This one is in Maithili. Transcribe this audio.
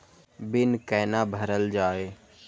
बील कैना भरल जाय?